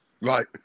right